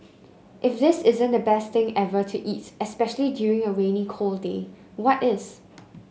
if this isn't the best thing ever to eat especially during a rainy cold day what is